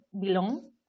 belong